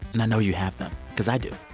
and i know you have them because i do.